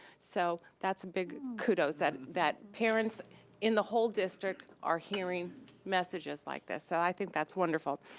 so that's a big kudos that, that parents in the whole district are hearing messages like this, so i think that's wonderful.